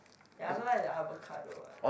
ya I also like the avocado one